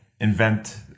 invent